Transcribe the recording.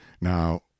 now